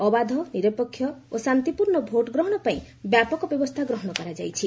ଅବାଧ ନିରପେକ୍ଷ ଓ ଶାନ୍ତିପୂର୍ଣ୍ଣ ଭୋଟ୍ଗ୍ରହଣ ପାଇଁ ବ୍ୟାପକ ବ୍ୟବସ୍ଥା ଗ୍ରହଣ କରାଯାଇଛି